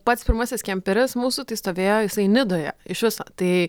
pats pirmasis kemperis mūsų tai stovėjo jisai nidoje iš viso tai